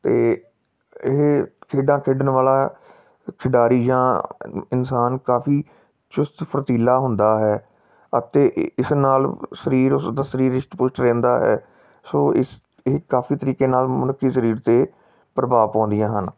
ਅਤੇ ਇਹ ਖੇਡਾਂ ਖੇਡਣ ਵਾਲਾ ਖਿਡਾਰੀ ਜਾਂ ਇਨਸਾਨ ਕਾਫੀ ਚੁਸਤ ਫੁਰਤੀਲਾ ਹੁੰਦਾ ਹੈ ਅਤੇ ਇਸ ਨਾਲ ਸਰੀਰ ਉਸਦਾ ਸਰੀਰ ਰਿਸ਼ਟ ਪੁਸ਼ਟ ਰਹਿੰਦਾ ਹੈ ਸੋ ਇਸ ਇਹ ਕਾਫੀ ਤਰੀਕੇ ਨਾਲ ਮਤਲਬ ਕਿ ਸਰੀਰ 'ਤੇ ਪ੍ਰਭਾਵ ਪਾਉਂਦੀਆਂ ਹਨ